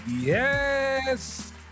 Yes